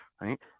right